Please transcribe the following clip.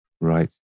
right